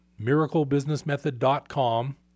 miraclebusinessmethod.com